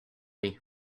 ready